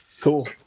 cool